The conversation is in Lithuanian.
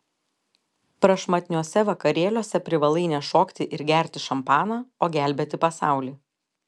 prašmatniuose vakarėliuose privalai ne šokti ir gerti šampaną o gelbėti pasaulį